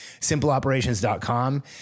SimpleOperations.com